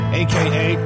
aka